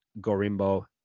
Gorimbo